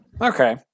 Okay